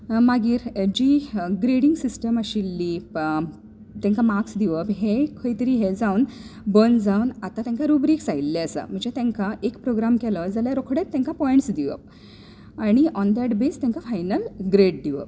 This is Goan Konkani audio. मागीर जी ग्रेडींग सिस्टम आशिल्ली तांकां मार्क्स दिवन हें खंय तरी हें जावन बंद जावन आतां तांकां रुबरीक्स आयिल्ले आसात म्हणजें तांकां प्रोग्राम केलो जाल्यार रोखडेंच तांकां पॉयंट्स दिवप आनी ऑन डेट बेज्ड तांकां फायनल ग्रेड दिवप